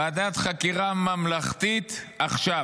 ועדת חקירה ממלכתית עכשיו".